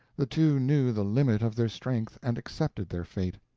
the two knew the limit of their strength, and accepted their fate.